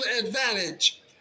advantage